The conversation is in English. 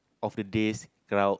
of the days crowd